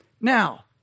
now